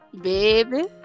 Baby